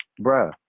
bruh